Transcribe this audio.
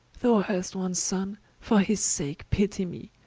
thou hast one sonne, for his sake pitty me,